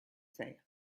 say